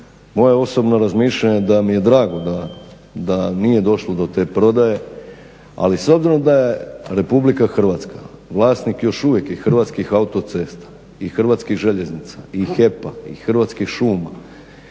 moje osobno razmišljanje da mi je drago da nije došlo do te prodaje, ali s obzirom da je RH vlasnik još uvijek i Hrvatskih autocesta i Hrvatskih željeznica i HEP-a i Hrvatskih šuma